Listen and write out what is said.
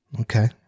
okay